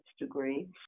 degree